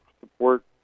support